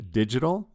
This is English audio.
digital